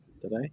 today